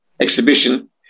exhibition